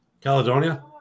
Caledonia